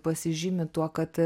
pasižymi tuo kad